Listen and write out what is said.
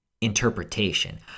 interpretation